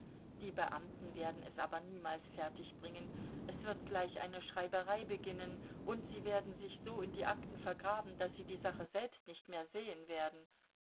die beamten werden es aber niemals fertigbringen es wird gleich eine schreiberei beginnen und sie werden sich so in die akten vergraben daß sie die sache selbst nicht mehr sehen werden